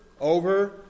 over